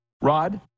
Rod